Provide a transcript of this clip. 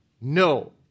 No